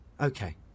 Okay